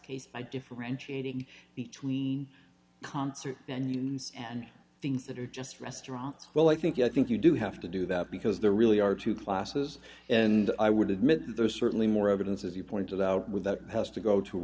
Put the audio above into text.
case i differentiating between concert venues and things that are just restaurants well i think i think you do have to do that because there really are two classes and i would admit there's certainly more evidence as you pointed out with that has to go to